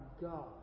God